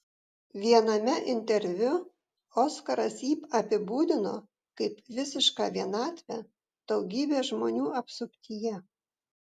viename interviu oskaras jį apibūdino kaip visišką vienatvę daugybės žmonių apsuptyje